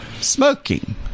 smoking